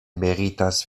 meritas